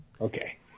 Okay